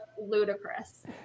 ludicrous